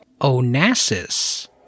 Onassis